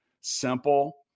simple